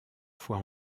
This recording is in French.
fois